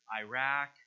Iraq